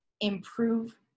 improve